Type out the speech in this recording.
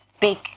big